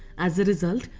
as a result,